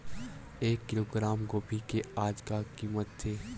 एक किलोग्राम गोभी के आज का कीमत हे?